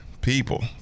People